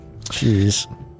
jeez